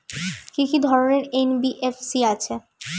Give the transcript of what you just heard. কি কি ধরনের এন.বি.এফ.সি আছে?